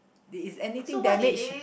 did is anything damaged